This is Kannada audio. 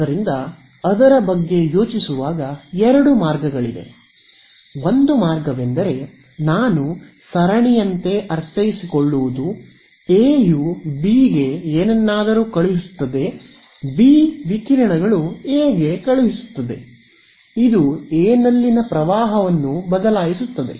ಆದ್ದರಿಂದ ಅದರ ಬಗ್ಗೆ ಯೋಚಿಸುವಾಗ ಎರಡು ಮಾರ್ಗಗಳಿವೆ ಒಂದು ಮಾರ್ಗವೆಂದರೆ ನಾನು ಸರಣಿಯಂತೆ ಅರ್ಥೈಸಿಕೊಳ್ಳುವುದು ಎ ಆಂಟೆನಾ ಬಿ ಆಂಟೆನಾ ಗೆ ಏನನ್ನಾದರೂ ಕಳುಹಿಸುತ್ತದೆ ಬಿ ವಿಕಿರಣಗಳು ಎ ಗೆ ಕಳುಹಿಸುತ್ತದೆ ಇದು ಎ ನಲ್ಲಿನ ಪ್ರವಾಹವನ್ನು ಬದಲಾಯಿಸುತ್ತದೆ